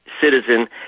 citizen